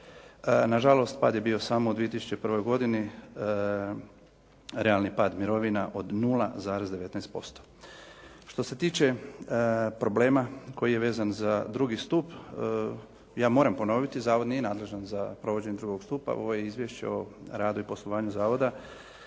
Na žalost pad je bio samo u 2001. godini, realni pad mirovina od 0,19%. Što se tiče problema koji je vezan za drugi stup, ja moram ponoviti zavod nije nadležan za provođenje drugog stupa. Ovo je izvješće o radu i poslovanju zavoda